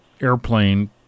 airplane